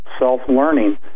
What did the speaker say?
self-learning